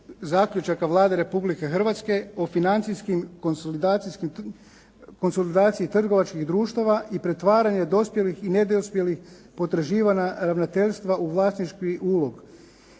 zaključaka Vlade Republike Hrvatske o financijskim, konsolidacijskim, konsolidaciji trgovačkih društava i pretvaranje dospjelih i nedospjelih potraživanja ravnateljstva u vlasnički ulog.